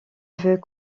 veux